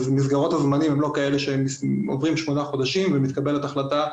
מסגרות הזמנים הן לא כאלה שעוברים שמונה חודשים ומתקבלת החלטה,